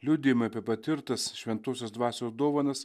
liudijimai apie patirtas šventosios dvasios dovanas